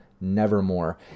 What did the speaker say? Nevermore